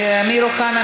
אמיר אוחנה,